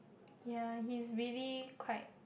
yea he is really quite